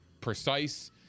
precise